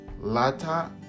Lata